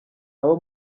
abo